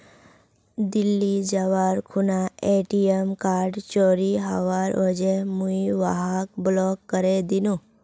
दिल्ली जबार खूना ATM card चोरी हबार वजह मुई वहाक ब्लॉक करे दिनु